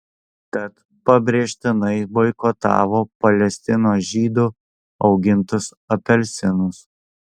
tad pabrėžtinai boikotavo palestinos žydų augintus apelsinus